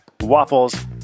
waffles